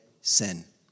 sin